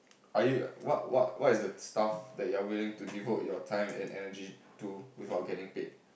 are you what what what is the stuff that you are willing to devote your time and energy to without getting paid